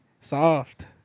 Soft